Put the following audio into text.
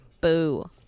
Boo